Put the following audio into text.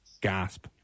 gasp